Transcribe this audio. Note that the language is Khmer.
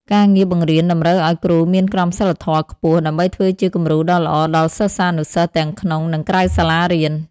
ការងារបង្រៀនតម្រូវឱ្យគ្រូមានក្រមសីលធម៌ខ្ពស់ ដើម្បីធ្វើជាគំរូដ៏ល្អដល់សិស្សានុសិស្សទាំងក្នុង និងក្រៅសាលារៀន។